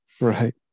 right